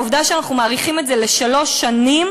העובדה שאנחנו מאריכים את זה בשלוש שנים